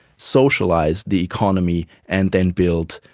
socialise the economy, and then build,